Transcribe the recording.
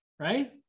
Right